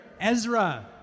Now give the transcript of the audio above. Ezra